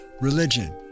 religion